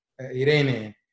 Irene